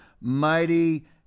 mighty